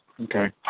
Okay